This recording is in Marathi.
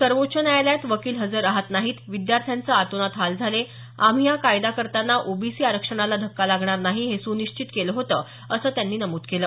सर्वोच्च न्यायालयात वकील हजर राहत नाहीत विद्यार्थ्यांचं अतोनात हाल झाले आम्ही हा कायदा करताना ओबीसी आरक्षणाला धक्का लागणार नाही हे सुनिश्चित केलं होतं असं त्यांनी नमूद केलं